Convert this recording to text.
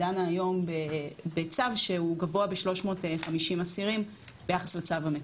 דנה היום בצו שהוא גבוה ב-350 אסירים ביחס לצו המקורי.